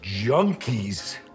junkies